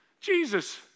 Jesus